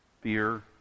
fear